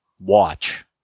watch